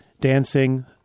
dancing